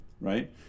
right